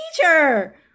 Teacher